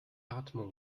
atmung